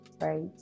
right